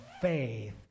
faith